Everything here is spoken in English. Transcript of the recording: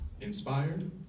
Inspired